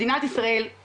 מדינת ישראל,